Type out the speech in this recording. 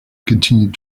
continued